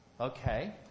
Okay